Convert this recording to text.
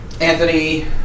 Anthony